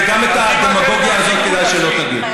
גם את הדמגוגיה הזאת כדאי שלא תגיד.